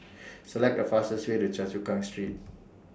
Select The fastest Way to Choa Chu Kang Street